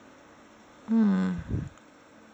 mm